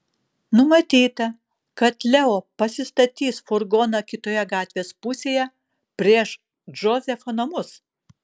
numatyta kad leo pasistatys furgoną kitoje gatvės pusėje prieš džozefo namus